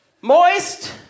Moist